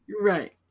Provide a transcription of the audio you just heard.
right